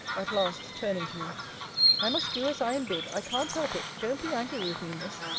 at last, turning to me i must do as i am bid. i can't help it don't be angry with me, miss.